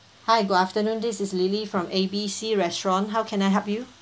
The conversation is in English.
hi good afternoon this is lily from A B C restaurant how can I help you